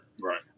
Right